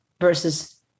versus